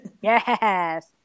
Yes